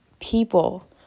people